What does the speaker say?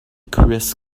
chris